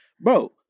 Bro